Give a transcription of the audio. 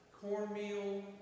cornmeal